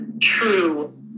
true